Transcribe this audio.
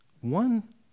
one